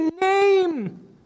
name